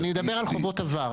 אני מדבר על חובות עבר.